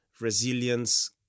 resilience